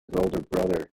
brother